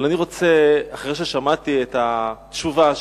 אחרי ששמעתי את התשובה,